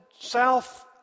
south